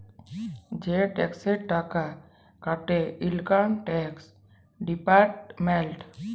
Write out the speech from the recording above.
যে টেকসের টাকা কাটে ইলকাম টেকস ডিপার্টমেল্ট